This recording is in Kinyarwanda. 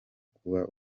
kuba